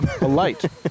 Alight